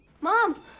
Mom